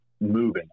moving